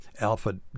alpha